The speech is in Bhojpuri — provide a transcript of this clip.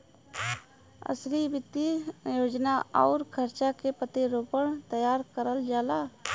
असली वित्तीय योजना आउर खर्चा के प्रतिरूपण तैयार करल जाला